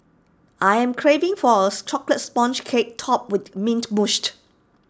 I am craving for A Chocolate Sponge Cake Topped with Mint Mousse